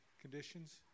conditions